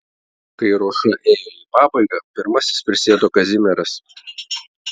kai ruoša ėjo į pabaigą pirmasis prisėdo kazimieras